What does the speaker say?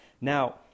Now